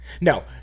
No